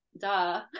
Duh